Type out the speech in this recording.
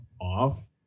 off